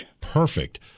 Perfect